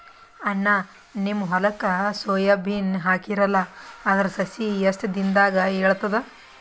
ಅಣ್ಣಾ, ನಿಮ್ಮ ಹೊಲಕ್ಕ ಸೋಯ ಬೀನ ಹಾಕೀರಲಾ, ಅದರ ಸಸಿ ಎಷ್ಟ ದಿಂದಾಗ ಏಳತದ?